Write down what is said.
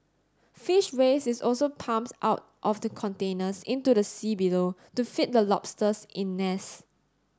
fish waste is also pumped out of the containers into the sea below to feed the lobsters in nets